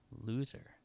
loser